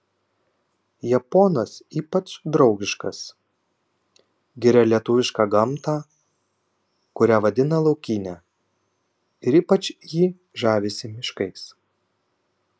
japonas ypač draugiškas giria lietuvišką gamtą kurią vadina laukine ir ypač jį žavisi miškais